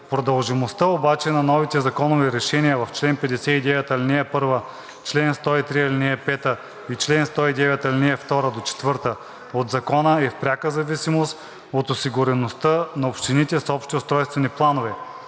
Приложимостта обаче на новите законови решения на чл. 59, ал. 1, чл. 103, ал. 5 и чл. 109, ал. 2 – 4 от Закона е в пряка зависимост от осигуреността на общините с общи устройствени планове,